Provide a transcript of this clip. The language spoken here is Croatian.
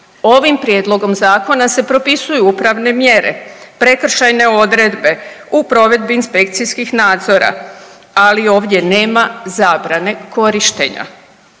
Ovim Prijedlogom zakona se propisuju upravne mjere, prekršajne odredbe u provedbi inspekcijskih nadzora. Ali ovdje nema zabrane korištenja.